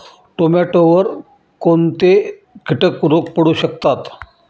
टोमॅटोवर कोणते किटक रोग पडू शकतात?